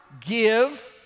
Give